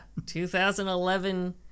2011